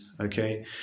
okay